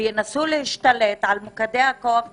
וינסו להשתלט על מוקדי הכוח בחברה,